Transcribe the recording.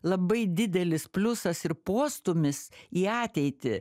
labai didelis pliusas ir postūmis į ateitį